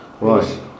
Right